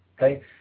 okay